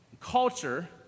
Culture